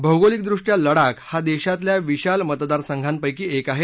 भौगोलिकदृष्ट्या लडाख हा देशातल्या विशाल मतदारसंघांपैकी एक आहे